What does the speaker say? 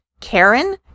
karen